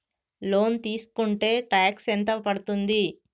Loan తీస్కుంటే tax ఎంత పడ్తుంది?